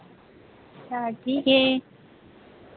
अच्छा ठीक है